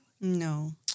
No